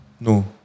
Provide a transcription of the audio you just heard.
No